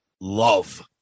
Love